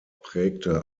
prägte